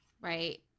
Right